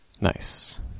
nice